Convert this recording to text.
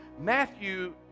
Matthew